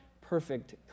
perfect